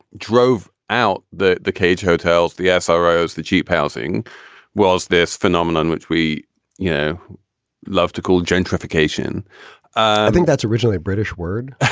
drove out the the cage hotels, the sro ah rose the cheap housing was this phenomenon, which we you know love to call gentrification i think that's originally a british word,